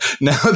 now